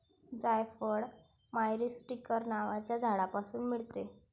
जायफळ मायरीस्टीकर नावाच्या झाडापासून मिळते